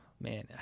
Man